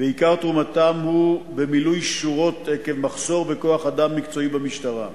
ועיקר תרומתם הוא במילוי שורות עקב מחסור בכוח-אדם מקצועי במשטרה.